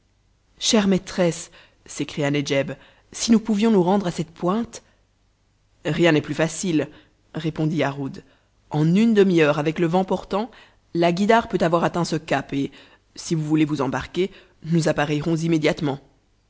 chère maîtresse s'écria nedjeb si nous pouvions nous rendre à cette pointe rien n'est plus facile répondit yarhud en une demi-heure avec le vent portant la guïdare peut avoir atteint ce cap et si vous voulez vous embarquer nous appareillerons immédiatement